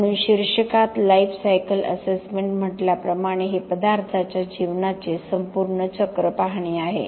म्हणून शिर्षकात lifecycle assessment म्हटल्याप्रमाणे हे पदार्थाच्या जीवनाचे संपूर्ण चक्र पाहणे आहे